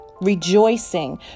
Rejoicing